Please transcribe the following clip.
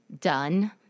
done